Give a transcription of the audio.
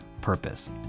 purpose